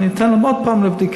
אני אתן להם את זה עוד פעם לבדיקה.